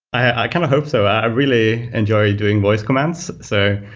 i kind of hope so. i really enjoy doing voice commands. so,